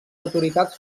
autoritats